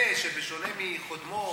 זה שבשונה מקודמו,